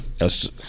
yes